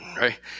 right